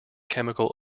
chemical